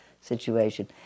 situation